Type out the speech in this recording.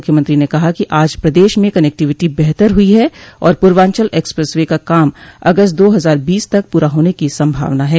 मुख्यमंत्री ने कहा कि आज प्रदेश में कनेक्टिविटी बेहतर हुई है और पूर्वांचल एक्सप्रेस वे का काम अगस्त दो हजार बीस तक पूरा होने की संभावना है